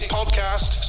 Podcast